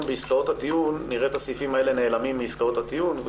בעסקאות הטיעון נראה את הסעיפים האלה נעלמים מעסקאות הטיעון,